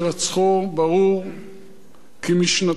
ברור כי משנתו המדינית,